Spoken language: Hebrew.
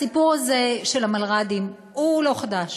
הסיפור הזה של המלר"דים הוא לא חדש